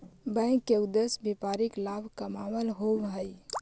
bank के उद्देश्य व्यापारिक लाभ कमाएला होववऽ हइ